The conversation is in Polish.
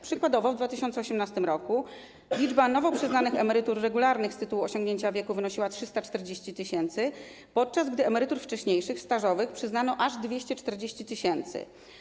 Przykładowo w 2018 r. liczba nowo przyznanych emerytur regularnych z tytułu osiągnięcia wieku wynosiła 340 tys., podczas gdy emerytur wcześniejszych, stażowych przyznano aż 240 tys.